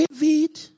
David